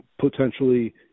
potentially